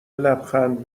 لبخند